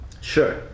Sure